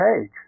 page